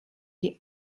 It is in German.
die